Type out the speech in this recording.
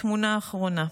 כתמונה האחרונה.